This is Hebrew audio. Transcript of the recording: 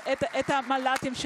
את המל"טים שלהם,